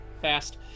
Fast